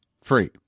free